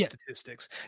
statistics